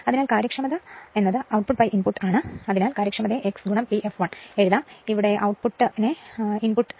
അതിനാൽ കാര്യക്ഷമത output input ആണ് അതിനാൽ കാര്യക്ഷമതയെ x P fl എന്ന് എഴുതാം ഇത് output ഇൻപുട്ട്